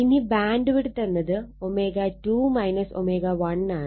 ഇനി bandwidth എന്നത് ω2 ω1 ആണ്